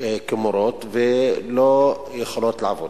כמורות ולא יכולות לעבוד,